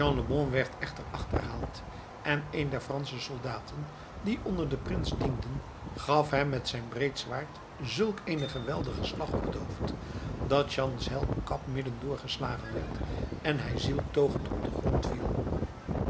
werd echter achterhaald en een der fransche soldaten die onder den prins dienden gaf hem met zijn breed zwaard zulk eenen geweldigen slag op het hoofd dat jean's helmkap middendoor geslagen werd en hij zieltogend op den grond viel